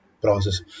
process